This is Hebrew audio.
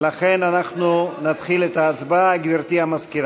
לכן נתחיל את ההצבעה, גברתי המזכירה.